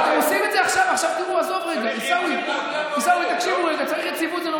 האם יש מדינה בעולם שהאנשים שמנהלים